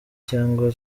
cyangwa